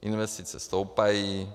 Investice stoupají.